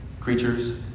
creatures